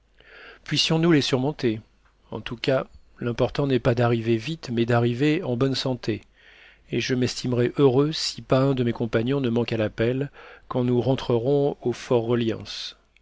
puissions-nous les surmonter en tout cas l'important n'est pas d'arriver vite mais d'arriver en bonne santé et je m'estimerai heureux si pas un de mes compagnons ne manque à l'appel quand nous rentrerons au